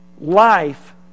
Life